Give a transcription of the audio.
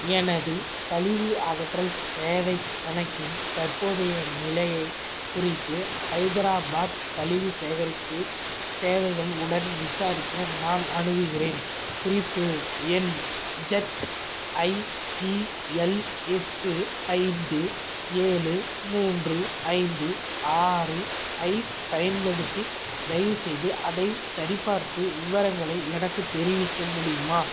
எனது கழிவு அகற்றல் சேவைக் கணக்கின் தற்போதைய நிலையை குறித்து ஹைதராபாத் கழிவு சேகரிப்பு சேவைகள் உடன் விசாரிக்க நான் அணுகுகிறேன் குறிப்பு எண் ஜெட் ஐபிஎல் எட்டு ஐந்து ஏழு மூன்று ஐந்து ஆறு ஐப் பயன்படுத்தி தயவுசெய்து அதை சரிபார்த்து விவரங்களை எனக்குத் தெரிவிக்க முடியுமா